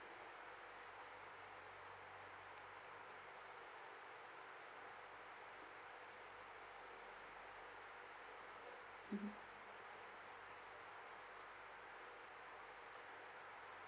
mmhmm